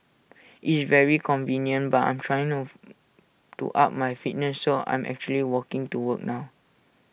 IT is very convenient but I'm trying to to up my fitness so I'm actually walking to work now